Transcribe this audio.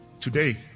today